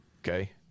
Okay